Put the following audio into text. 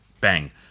bang